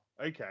okay